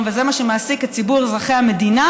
וזה מה שמעסיק את ציבור אזרחי המדינה,